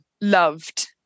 loved